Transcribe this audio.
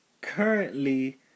currently